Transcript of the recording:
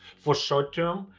for short term,